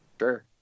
sure